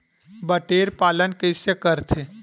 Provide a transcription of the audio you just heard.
बटेर पालन कइसे करथे?